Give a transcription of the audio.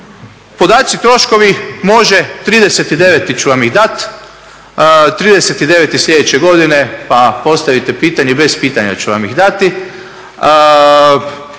Podaci, troškovi može, 30.9. ću vam ih dati. 30.9. sljedeće godine pa postavite pitanje. Bez pitanja ću vam ih dati,